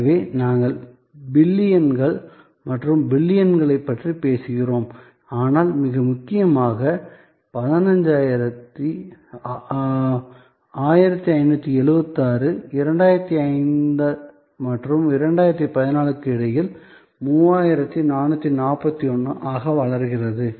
எனவே நாங்கள் பில்லியன்கள் மற்றும் பில்லியன்களைப் பற்றி பேசுகிறோம் ஆனால் மிக முக்கியமாக 1576 2005 மற்றும் 2014 க்கு இடையில் 3441 ஆக வளர்கிறது